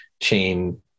chain